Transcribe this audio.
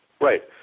right